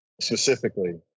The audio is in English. specifically